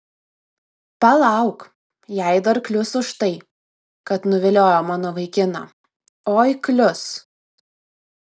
palauk jai dar klius už tai kad nuviliojo mano vaikiną oi klius